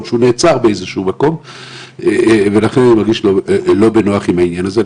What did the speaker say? שהוא נעצר ולכן אני לא מרגיש בנוח עם העניין הזה.